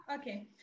Okay